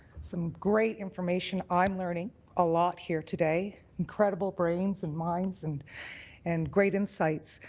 some great information i'm learning a lot here today. incredible brains and mind so and and great insights.